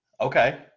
Okay